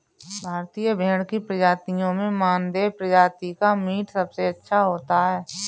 भारतीय भेड़ की प्रजातियों में मानदेय प्रजाति का मीट सबसे अच्छा होता है